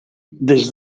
des